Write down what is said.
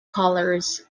colours